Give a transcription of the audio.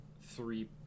three